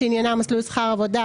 שעניינה מסלול שכר עבודה,